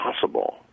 possible